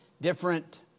different